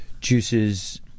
juices